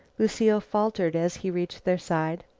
lucile faltered as he reached their side.